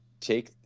take